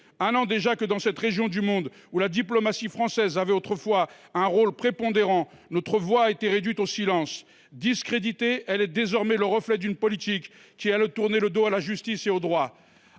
un an déjà que, dans cette région du monde où la diplomatie française avait autrefois un rôle prépondérant, notre voix a été réduite au silence. Discréditée, elle est désormais le reflet d’une politique qui a tourné le dos à la justice et au droit.